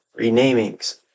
renamings